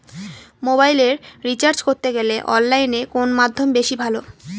মোবাইলের রিচার্জ করতে গেলে অনলাইনে কোন মাধ্যম বেশি ভালো?